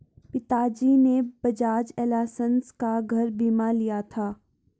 पिताजी ने बजाज एलायंस का घर बीमा लिया था